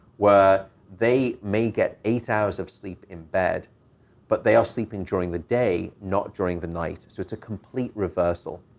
where they may get eight hours of sleep in bed but they are sleeping during the day, not during the night. so it's a complete reversal.